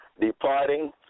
Departing